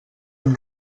amb